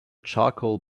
charcoal